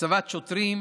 הצבת שוטרים,